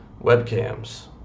webcams